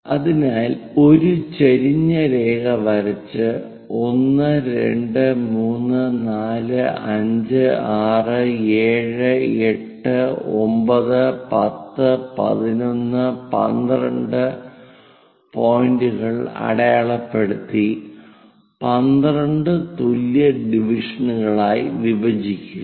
അതിനാൽ ഒരു ചെരിഞ്ഞ രേഖ വരച്ച് 1 2 3 4 5 6 7 8 9 10 11 12 പോയിന്ററുകൾ അടയാളപ്പെടുത്തി 12 തുല്യ ഡിവിഷനുകളായി വിഭജിക്കുക